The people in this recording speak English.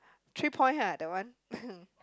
three point ha that one